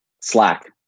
Slack